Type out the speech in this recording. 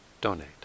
donate